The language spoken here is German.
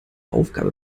aufgabe